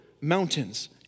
mountains